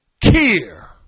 Care